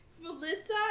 Melissa